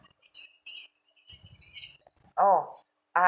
oh err